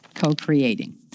co-creating